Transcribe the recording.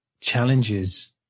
challenges